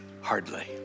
Hardly